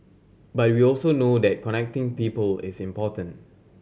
but we also know that connecting people is important